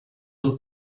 sul